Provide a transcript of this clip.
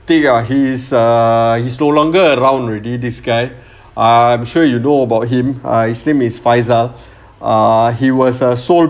thing ah he's err he's no longer around already this guy I'm sure you know about him uh his name is faizah ah he was a sole